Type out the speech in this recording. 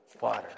water